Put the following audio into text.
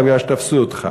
אלא מפני שתפסו אותך.